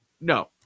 no